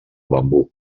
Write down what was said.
bambú